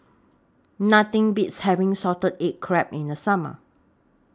Nothing Beats having Salted Egg Crab in The Summer